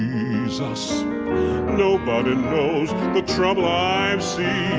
yeah jesus nobody knows the trouble i've seen